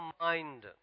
mind